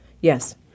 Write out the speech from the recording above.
yes